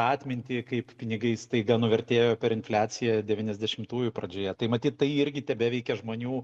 atmintį kaip pinigai staiga nuvertėjo per infliaciją devyniasdešimtųjų pradžioje tai matyt tai irgi tebeveikia žmonių